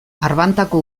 arbantako